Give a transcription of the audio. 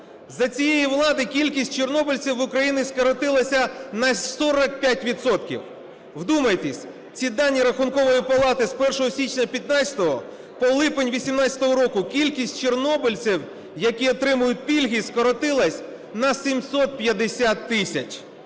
За цієї влади кількість чорнобильців в Україні скоротилася на 45 відсотків! Вдумайтеся! Ці дані Рахункової палати з 1 січня 2015-го по липень 2018 року: кількість чорнобильців, які отримують пільги, скоротилася на 750 тисяч.